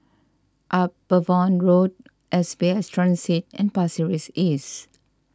Upavon Road S B S Transit and Pasir Ris East